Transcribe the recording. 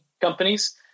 companies